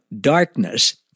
darkness